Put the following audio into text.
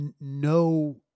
no